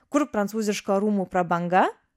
kur prancūziška rūmų prabanga